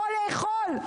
יכול לאכול.